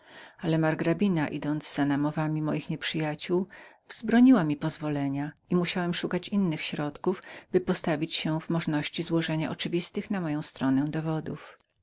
ale margrabina idąc za namowami moich nieprzyjaciół wzbroniła mi pozwolenia i musiałem szukać innych środków zanim postawiłem się w możności złożenia oczywistych na moją stronę dowodów